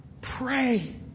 pray